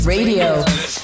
Radio